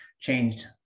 changed